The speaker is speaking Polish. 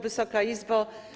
Wysoka Izbo!